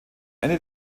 ende